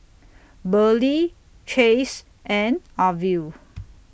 Burley Chace and Arvil